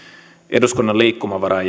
eduskunnan liikkumavara